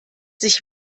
sich